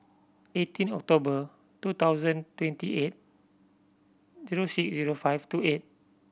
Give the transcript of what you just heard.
eighteen October two thousand twenty eight zero six zero five two eight